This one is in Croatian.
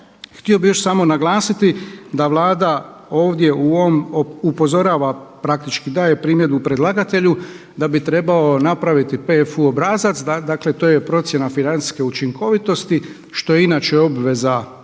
Htio bih još samo naglasiti da Vlada ovdje u ovom upozorava, praktički daje primjedbu predlagatelju da bi trebao napraviti PFU obrazac, dakle to je procjena financijske učinkovitosti što je inače obveza kada se